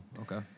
Okay